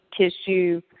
tissue